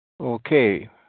Okay